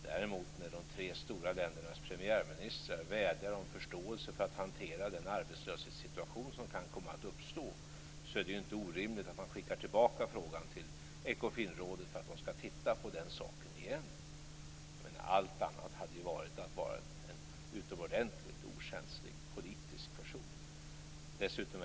Däremot när de tre stora ländernas premiärministrar vädjar om förståelse för att kunna hantera den arbetslöshetssituation som kan komma att uppstå, är det inte orimligt att man skickar tillbaka frågan till Ekofinrådet för att det skall titta på saken igen. Allt annat hade varit att vara en utomordentligt okänslig politisk person.